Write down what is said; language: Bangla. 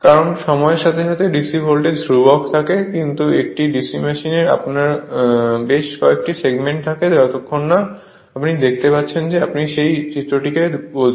কারণ সময়ের সাথে সাথে DC ভোল্টেজ ধ্রুবক থাকে কিন্তু একটি DC মেশিনে আপনার বেশ কয়েকটি সেগমেন্ট থাকে যতক্ষণ না আপনি দেখতে পাচ্ছেন যে আপনি সেই চিত্রটিকে কী বলছেন